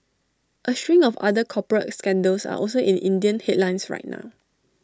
A string of other corporate scandals are also in Indian headlines right now